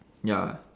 ya